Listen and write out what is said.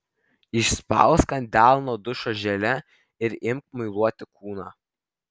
išspausk ant delno dušo želė ir imk muiluoti kūną